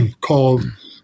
called